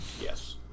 yes